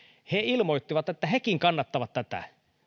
ilmoittivat että hekin kannattavat tätä